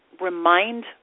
remind